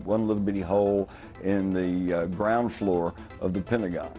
one little mini hole in the ground floor of the pentagon